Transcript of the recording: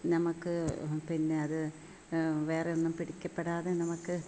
നമുക്ക് പിന്നെ അത് വേറെ ഒന്നും പിടിക്കപ്പെടാതെ നമുക്ക്